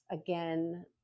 again